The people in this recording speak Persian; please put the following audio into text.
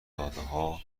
دادهها